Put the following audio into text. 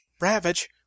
Ravage